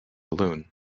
loon